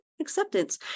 acceptance